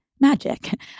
magic